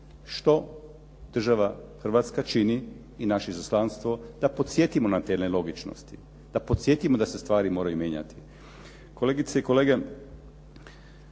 što država Hrvatska čini i naše izaslanstvo da podsjetimo na te nelogičnosti, da podsjetimo da se stvari moraju mijenjati. Kolegice i kolege,